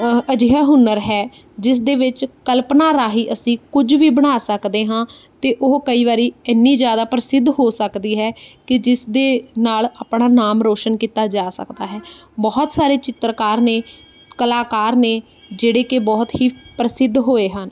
ਅਜਿਹਾ ਹੁਨਰ ਹੈ ਜਿਸ ਦੇ ਵਿੱਚ ਕਲਪਨਾ ਰਾਹੀਂ ਅਸੀਂ ਕੁਝ ਵੀ ਬਣਾ ਸਕਦੇ ਹਾਂ ਅਤੇ ਉਹ ਕਈ ਵਾਰੀ ਇੰਨੀ ਜ਼ਿਆਦਾ ਪ੍ਰਸਿੱਧ ਹੋ ਸਕਦੀ ਹੈ ਕਿ ਜਿਸ ਦੇ ਨਾਲ ਆਪਣਾ ਨਾਮ ਰੋਸ਼ਨ ਕੀਤਾ ਜਾ ਸਕਦਾ ਹੈ ਬਹੁਤ ਸਾਰੇ ਚਿੱਤਰਕਾਰ ਨੇ ਕਲਾਕਾਰ ਨੇ ਜਿਹੜੇ ਕਿ ਬਹੁਤ ਹੀ ਪ੍ਰਸਿੱਧ ਹੋਏ ਹਨ